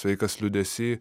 sveikas liūdesy